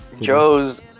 joe's